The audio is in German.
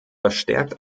verstärkt